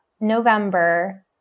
November